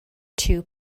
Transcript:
two